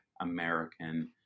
American